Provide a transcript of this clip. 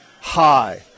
high